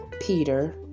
peter